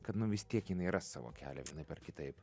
kad nu vis tiek jinai ras savo kelią vienaip ar kitaip